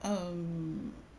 um